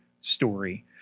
story